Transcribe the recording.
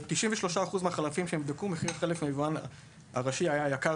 ב-93% מהחלפים שנבדקו מחיר החלף מהיבואן הראשי היה יקר